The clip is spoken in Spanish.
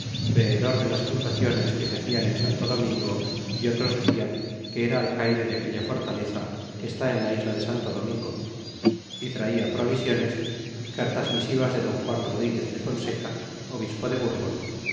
veedor de la fundaciones que se molan en santo domingo y otros decian que era alcaide de aquella fortaleza que está en la isla de santo domingo y traia provisiones y cartas misivas de don juan rodriguez de fonseca obispo de burgos